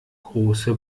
große